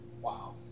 Wow